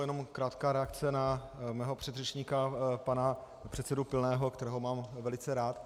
Jenom krátká reakce na mého předřečníka pana předsedu Pilného, kterého mám velice rád.